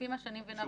לפי מה שאני מבינה,